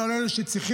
לא על אלה שצריכים,